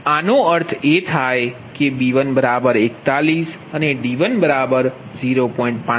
એનો અર્થ એ થાય કેb141અને d10